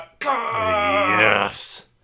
Yes